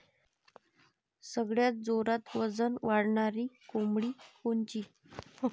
सगळ्यात जोरात वजन वाढणारी कोंबडी कोनची?